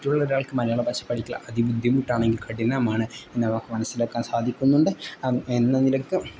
മറ്റുള്ള ഒരാൾക്ക് മലയാള ഭാഷ പഠിക്കാനുള്ള അതി ബുദ്ധിമുട്ടാണ് അല്ലെങ്കിൽ കഠിനമാണ് എന്ന് അവർക്ക് മനസ്സിലാക്കാൻ സാധിക്കുന്നുണ്ട് എന്ന നിലക്ക്